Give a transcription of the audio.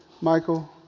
Michael